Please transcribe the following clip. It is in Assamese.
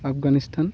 আফগানিস্তান